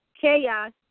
chaos